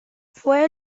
fue